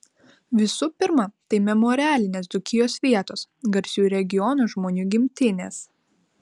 visų pirma tai memorialinės dzūkijos vietos garsių regiono žmonių gimtinės